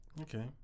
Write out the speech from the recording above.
Okay